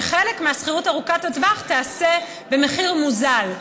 שחלק מהשכירות ארוכת הטווח תיעשה במחיר מוזל.